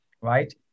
right